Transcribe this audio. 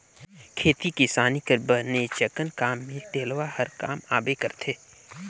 खेती किसानी कर बनेचकन काम मे डेलवा हर काम आबे करथे